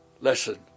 lesson